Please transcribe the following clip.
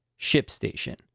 ShipStation